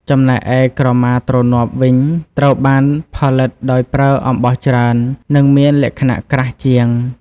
ចំណែកឯ ក្រមាទ្រនាប់ វិញ ត្រូវបានផលិតដោយប្រើអំបោះច្រើន និងមានលក្ខណៈក្រាស់ជាង។